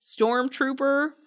Stormtrooper